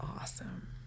awesome